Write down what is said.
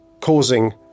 causing